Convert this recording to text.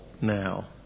now